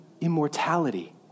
immortality